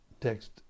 Text